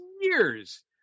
years